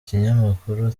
ikinyamakuru